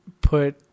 put